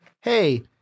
hey